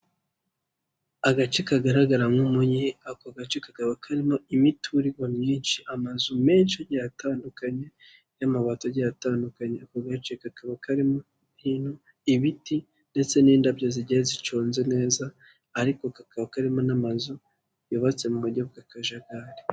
Agace kagaragara nk'umugi, ako gace kakaba karimo imiturirwa myinshi, amazu menshi agiye atandukanye n'amabati agiye atandukanye, ako gace kakaba karimo hino ibiti ndetse n'indabyo zigiye ziconze neza ariko kakaba karimo n'amazu, yubatse mu buryo bw'akajagari.